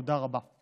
תודה רבה.